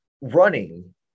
running